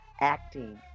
acting